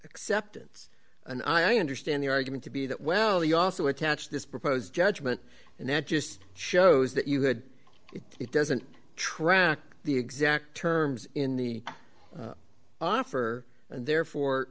acceptance and i understand the argument to be that well you also attach this proposed judgment and that just shows that you had it it doesn't track the exact terms in the offer and therefore